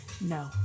No